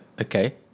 Okay